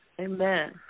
Amen